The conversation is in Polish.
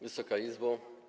Wysoka Izbo!